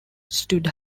stood